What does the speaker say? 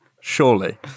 surely